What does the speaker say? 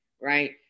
right